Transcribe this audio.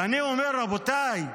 ואני אומר, רבותיי,